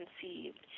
conceived